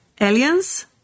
aliens